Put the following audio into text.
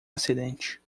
acidente